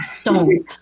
stones